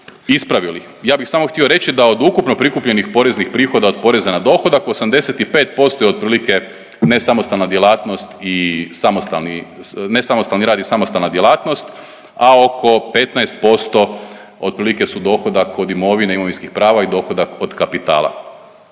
Ja bih samo htio reći da od ukupno prikupljenih poreznih prihoda od poreza na dohodak 85% je otprilike nesamostalna djelatnost i samostalni, nesamostalni rad i samostalna djelatnost, a oko 15% otprilike su dohodak od imovine i imovinskih prava i dohodak od kapitala,